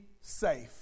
safe